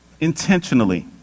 intentionally